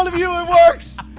all of you, it works!